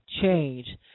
change